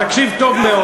תקשיב טוב,